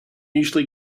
usually